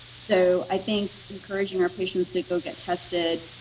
so i think encouraging our patients to go get tested,